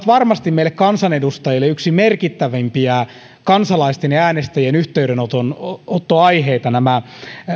varmasti meille kansanedustajille yksi merkittävimpiä kansalaisten ja äänestäjien yhteydenottoaiheita ovat nämä